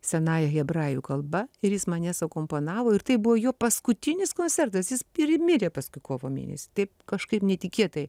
senąja hebrajų kalba ir jis mane suakomponavo ir tai buvo jo paskutinis koncertas jis ir imirė paskui kovo mėnesį taip kažkaip netikėtai